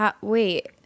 wait